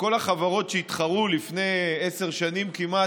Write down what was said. וכל החברות שהתחרו לפני כמעט